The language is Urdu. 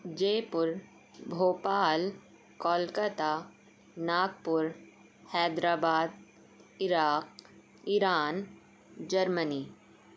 جے پور بھوپال کولکاتہ ناگپور حیدرآباد عراق ایران جرمنی